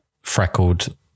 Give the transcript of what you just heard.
freckled